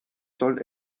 soll